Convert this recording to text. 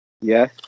Yes